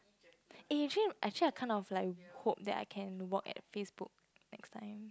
eh actually actually kind of like hope that I can work at FaceBook next time